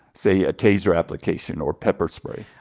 say, a taser application or pepper spray.